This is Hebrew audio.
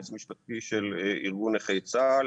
היועץ המשפטי של ארגון נכי צה"ל,